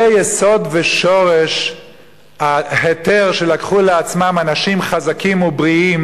זה היסוד ושורש ההיתר שלקחו לעצמם אנשים חזקים ובריאים